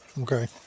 Okay